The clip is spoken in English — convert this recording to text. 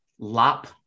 lop